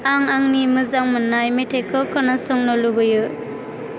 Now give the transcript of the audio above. आं आंनि मोजां मोननाय मेथायखौ खोनासंनो लुबैयो